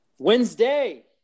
Wednesday